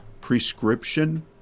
prescription